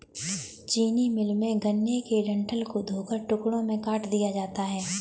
चीनी मिल में, गन्ने के डंठल को धोकर टुकड़ों में काट दिया जाता है